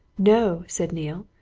no! said neale.